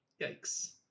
Yikes